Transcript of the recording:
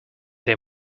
they